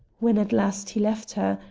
when at last he left her,